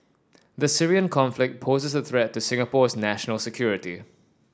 the Syrian conflict poses a threat to Singapore's national security